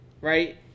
right